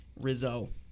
Rizzo